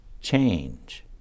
change